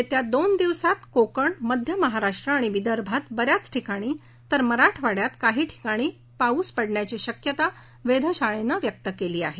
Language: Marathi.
येत्या दोन दिवसात कोकण मध्य महाराष्ट्र आणि विदर्भात ब याचं ठिकाणी तर मराठवाङ्यात काही ठिकाणी पाऊस पडण्याची शक्यता वेधशाळेनं व्यक्त केली आहे